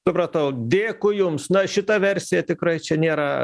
supratau dėkui jums na šita versija tikrai čia nėra